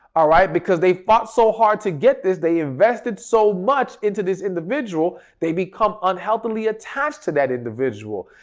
all right, because they fought so hard to get this, they invested so much into this individual, they become unhealthily attached to that individual.